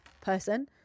person